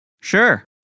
Sure